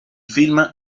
film